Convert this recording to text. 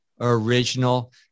original